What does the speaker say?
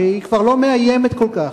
שהיא כבר לא מאיימת כל כך.